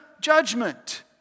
judgment